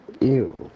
Ew